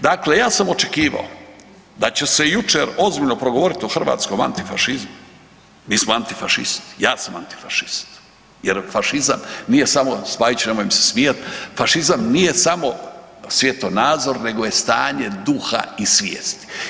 Dakle, ja sam očekivao da će se jučer ozbiljno progovoriti o hrvatskom antifašizmu, mi smo antifašisti, ja sam antifašist jer fašizam nije samo, Spajić nemoj mi se smijati, fašizam nije samo svjetonazor nego je stanje duha i svijesti.